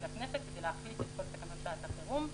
לכנסת כדי להחליף את כל תקנות שעת החירום.